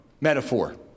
metaphor